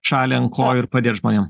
šalį ant kojų ir padėt žmonėm